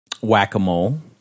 Whack-a-mole